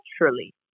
naturally